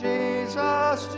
Jesus